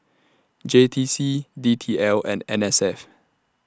J T C D T L and N S F